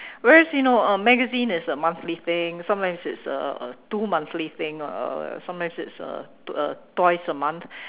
whereas you know uh magazine is a monthly thing sometimes it's uh uh two monthly thing uh sometimes it's uh uh twice a month